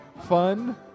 Fun